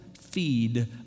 feed